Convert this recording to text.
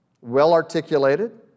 well-articulated